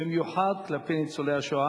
במיוחד כלפי ניצולי השואה,